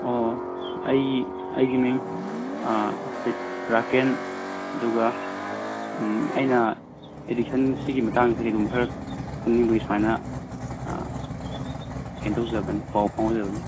ꯑꯣ ꯑꯩ ꯑꯩꯒꯤ ꯃꯤꯡ ꯔꯥꯀꯦꯟ ꯑꯗꯨꯒ ꯎꯝ ꯑꯩꯅ ꯑꯦꯗꯤꯁꯟ ꯁꯤꯒꯤ ꯃꯇꯥꯡꯁꯤꯗ ꯀꯔꯤꯒꯨꯝꯕ ꯈꯔ ꯈꯪꯅꯤꯡꯕꯒꯤ ꯁꯨꯃꯥꯏꯅ ꯀꯩꯅꯣ ꯇꯧꯖꯕꯅꯤ ꯄꯥꯎ ꯐꯥꯎꯖꯕꯅꯤ